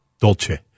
dolce